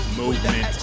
movement